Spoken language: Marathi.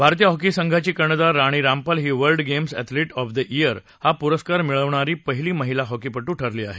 भारतीय हॉकी संघाची कर्णधार राणी रामपाल ही World Games athlete of the year हा पुरस्कार मिळवणारी पहिली महिला हॉकीपट्र ठरली आहे